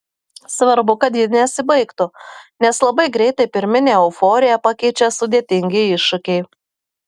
svarbu kad ji nesibaigtų nes labai greitai pirminę euforiją pakeičia sudėtingi iššūkiai